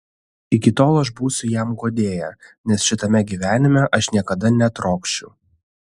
iki tol aš būsiu jam guodėja nes šitame gyvenime aš niekada netrokšiu